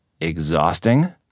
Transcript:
exhausting